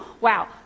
wow